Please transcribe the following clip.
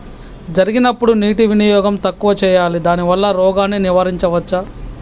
జరిగినప్పుడు నీటి వినియోగం తక్కువ చేయాలి దానివల్ల రోగాన్ని నివారించవచ్చా?